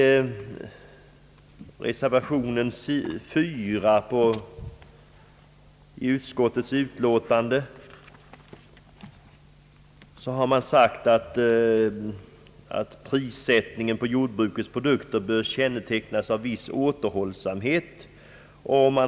I reservation nr 4 till utskottets utlåtande sägs att prissättningen på jordbrukets produkter bör kännetecknas av viss återhållsamhet.